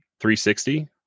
360